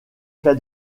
cas